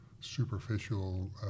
superficial